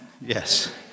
Yes